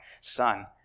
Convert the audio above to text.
son